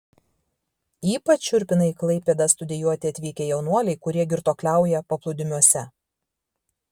ypač šiurpina į klaipėdą studijuoti atvykę jaunuoliai kurie girtuokliauja paplūdimiuose